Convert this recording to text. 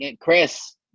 Chris